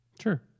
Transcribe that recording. Sure